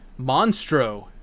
Monstro